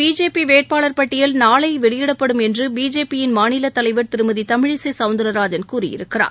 BJP வேட்பாளர் பட்டியல் நாளை வெளியிடப்படும் என்று பிஜேபியின் மாநில தலைவர் திருமதி தமிழிசை சௌந்தரராஜன் கூறியிருக்கிறார்